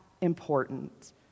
important